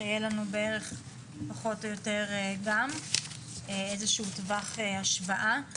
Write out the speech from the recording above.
שיהיה לנו פחות או יותר גם איזשהו טווח השוואה.